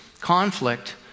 conflict